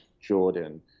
Jordan